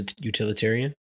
utilitarian